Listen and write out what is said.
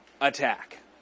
Attack